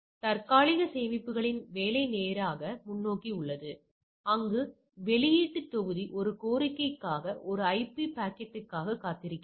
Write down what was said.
எனவே தற்காலிக சேமிப்புகளின் வேலை நேராக முன்னோக்கி உள்ளது அங்கு வெளியீட்டு தொகுதி ஒரு கோரிக்கைக்காக ஒரு ஐபி பாக்கெட்டுக்காக காத்திருக்கிறது